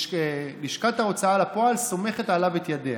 שלשכת ההוצאה לפועל סומכת עליו את ידיה.